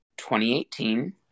2018